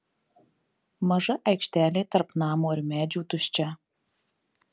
maža aikštelė tarp namo ir medžių tuščia